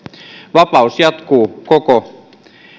vapaus jatkuu koko